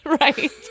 Right